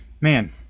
man